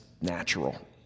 natural